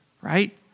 right